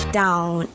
down